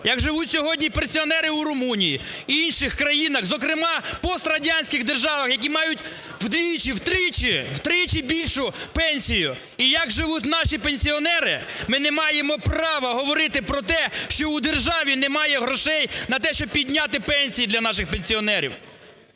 як живуть сьогодні пенсіонери в Румунії і інших країнах, зокрема пострадянських державах, які мають вдвічі-втричі більшу пенсію, і як живуть наші пенсіонери, ми не маємо права говорити про те, що у державі немає грошей на те, щоб підняти пенсії для наших пенсіонерів.